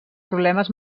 problemes